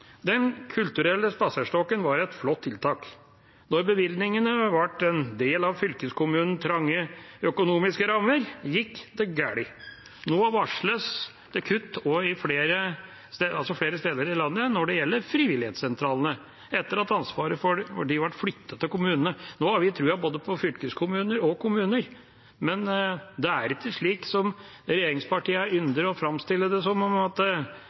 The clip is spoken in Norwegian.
Den kulturelle spaserstokken var et flott tiltak. Da bevilgningene ble en del av fylkeskommunenes trange økonomiske rammer, gikk det galt. Nå varsles det kutt flere steder i landet når det gjelder frivilligsentralene, etter at ansvaret for dem ble flyttet til kommunene. Nå har vi tro på både fylkeskommuner og kommuner, men det er ikke slik som regjeringspartiene ynder å framstille det, at